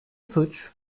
suç